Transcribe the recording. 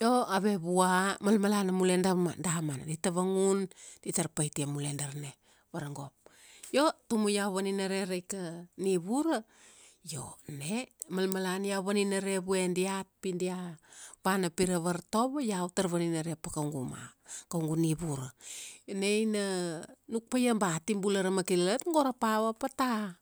Io, ave vua, malmalana mule, dama, damana. di tavangun, di tar paitia mule darna varagop. Io tumu iau vaninare raika, nivura, io na, malmalana iau vaninare vue diat, pi dia vana pi ra vartovo, iau tar vaninare pa kaugu ma, kaugu nivura. Io na ina, nuk paia ba ati bula ra makilalat, go ra power pata.